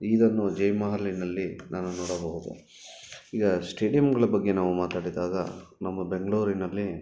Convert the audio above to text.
ಇದನ್ನು ಜಯ ಮಹಲಿನಲ್ಲಿ ನಾನು ನೋಡಬಹುದು ಈಗ ಸ್ಟೇಡಿಯಮ್ಗಳ ಬಗ್ಗೆ ನಾವು ಮಾತಾಡಿದಾಗ ನಮ್ಮ ಬೆಂಗಳೂರಿನಲ್ಲಿ